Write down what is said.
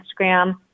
Instagram